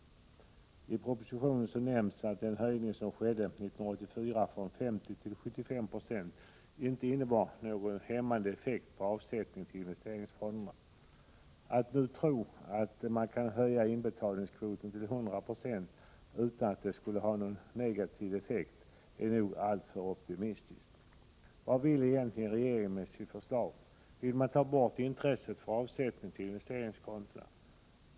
I propositionen nämns att den höjning som skedde 1984 från 50 9 till 75 90 inte innebar någon hämmande effekt på avsättningen till investeringsfonderna. Att nu tro att man kan höja inbetalningskvoten till 100 96 utan att det skulle ha negativ effekt är nog alltför optimistiskt. Vad vill egentligen regeringen med sitt förslag? Vill man ta bort intresset för avsättning till investeringskonto?